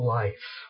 life